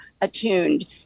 attuned